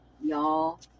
Y'all